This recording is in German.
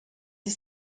ist